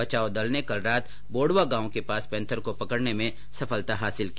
बचाव दल ने कल रात बोडवा गांव के पास पेंथर को पकडने में सफलता हासिल की